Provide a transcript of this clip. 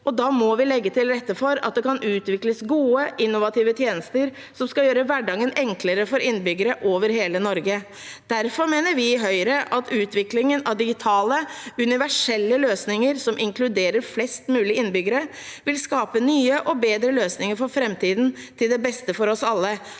og da må vi legge til rette for at det kan utvikles gode, innovative tjenester som skal gjøre hverdagen enklere for innbyggere over hele Norge. Derfor mener vi i Høyre at utviklingen av digitale, universelle løsninger som inkluderer flest mulig innbyggere, vil skape nye og bedre løsninger for framtiden til beste for oss alle.